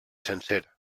sencer